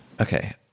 Okay